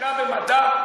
כמה מושקע במדע,